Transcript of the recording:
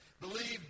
Believe